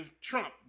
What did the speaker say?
Trump